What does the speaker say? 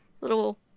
Little